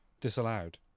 disallowed